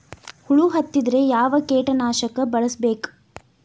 ಹುಳು ಹತ್ತಿದ್ರೆ ಯಾವ ಕೇಟನಾಶಕ ಬಳಸಬೇಕ?